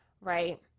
right